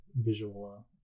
visual